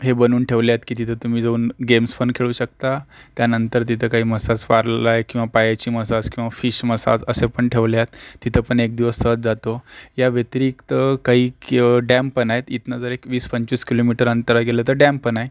हे बनून ठेवले आहेत की तिथं तुम्ही जाऊन गेम्सपण खेळू शकता त्यानंतर तिथं काही मसाज पार्लल् आहे किंवा पायाची मसाज किंवा फिश मसाज असं पण ठेवले आहेत तिथं पण एक दिवस सहज जातो या व्यतिरिक्त काही की डॅम पण आहेत इथनं जर एक वीस पंचवीस किलोमीटर अंतरावर गेलं तर डॅम पण आहे